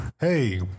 Hey